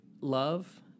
love